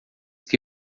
que